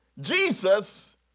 Jesus